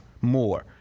more